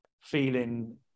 feeling